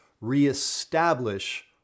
reestablish